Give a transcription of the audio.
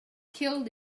killed